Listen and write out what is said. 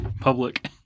public